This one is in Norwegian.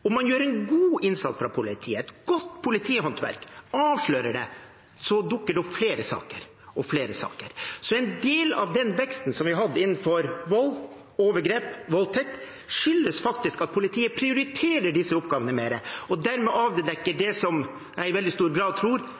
og man gjør en god innsats fra politiet, et godt politihåndverk, og avslører det, så dukker det opp flere saker – og flere saker. Så en del av den veksten som vi har hatt innenfor vold, overgrep og voldtekt, skyldes faktisk at politiet prioriterer disse oppgavene mer og dermed avdekker det som jeg i veldig stor grad tror